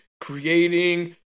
creating